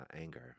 anger